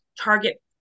target